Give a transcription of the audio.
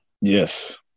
Yes